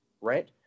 right